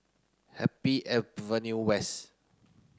Happy Avenue West